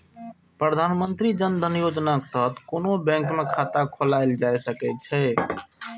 प्रधानमंत्री जन धन योजनाक तहत कोनो बैंक मे खाता खोलाएल जा सकै छै